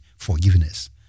forgiveness